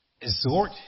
exhort